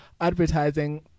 advertising